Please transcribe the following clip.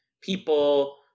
people